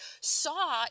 saw